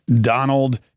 Donald